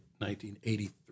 1983